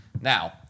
Now